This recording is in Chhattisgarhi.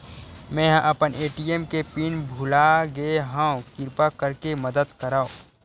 मेंहा अपन ए.टी.एम के पिन भुला गए हव, किरपा करके मदद करव